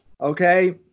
Okay